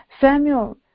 Samuel